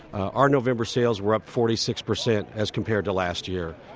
our november sales were up forty six percent as compared to last year.